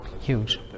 Huge